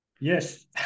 Yes